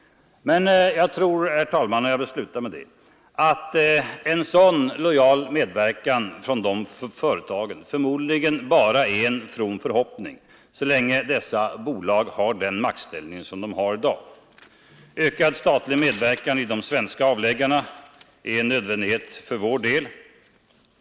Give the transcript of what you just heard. Jag tror emellertid, herr talman, att en sådan lojal medverkan från dessa företag bara är en from förhoppning så länge dessa bolag har den maktställning som de har i dag. Ökad statlig medverkan i deras svenska avläggare är en nödvändighet för vår del.